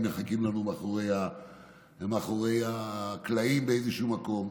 מחכים לנו מאחורי הקלעים באיזשהו מקום.